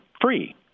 free